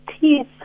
teeth